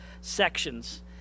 sections